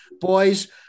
Boys